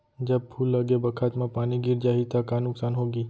जब फूल लगे बखत म पानी गिर जाही त का नुकसान होगी?